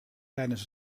tijdens